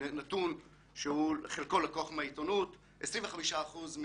נתון שחלקו לקוח מהעיתונות לפי 25 אחוזים